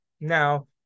Now